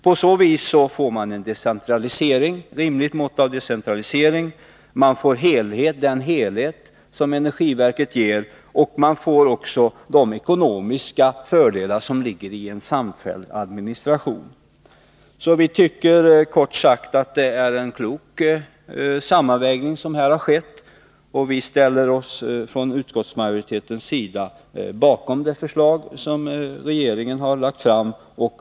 På så sätt får man ett rimligt mått av decentralisering, man får den helhet som energiverket ger, och man får de ekonomiska fördelar som ligger i en samfälld administration. Vi tycker kort sagt att det är en klok sammanvägning som här skett, och vi ställer oss från utskottsmajoritetens sida bakom det förslag som regeringen har lagt fram.